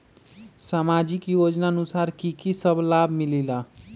समाजिक योजनानुसार कि कि सब लाब मिलीला?